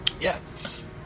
Yes